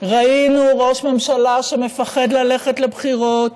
ראינו ראש ממשלה שמפחד ללכת לבחירות,